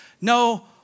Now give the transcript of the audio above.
no